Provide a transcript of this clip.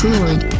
Lord